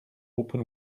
open